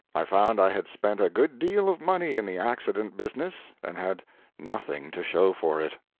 i found i had spent a good deal of money in the accident business, and had nothing to show for it.